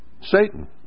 Satan